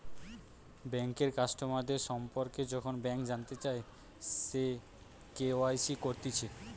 বেঙ্কের কাস্টমারদের সম্পর্কে যখন ব্যাংক জানতে চায়, সে কে.ওয়াই.সি করতিছে